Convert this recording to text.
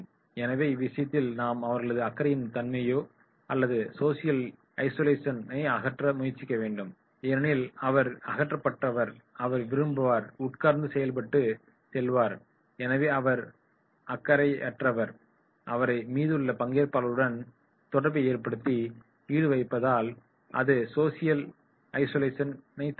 எனவே இவ்விஷயத்தில் நாம் அவர்களது அக்கறையற்ற தன்மையையோ அல்லது சோசியல் ஐசோலேஷனையோ அகற்ற முயற்சிக்க வேண்டும் ஏனெனில் அவர் அக்கறையற்றவர் அவர் வருவார் உட்கார்ந்து விட்டு செல்வார் எனவே அவர் அக்கறையற்றவர் அவரை மீதமுள்ள பங்கேற்பாளர்களுடன் தொடர்பை ஏற்படுத்தி ஈடுபடவைப்பதால் அது சோசியல் ஐசோலேஷனை தவிர்க்கும்